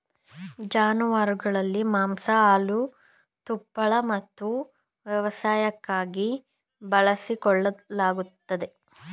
ಜಾನುವಾರುಗಳನ್ನು ಮಾಂಸ ಹಾಲು ತುಪ್ಪಳ ಮತ್ತು ವ್ಯವಸಾಯಕ್ಕಾಗಿ ಬಳಸಿಕೊಳ್ಳಲಾಗುತ್ತದೆ